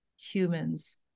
humans